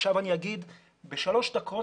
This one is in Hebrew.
עכשיו בשלוש דקות